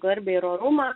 garbę ir orumą